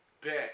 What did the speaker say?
bet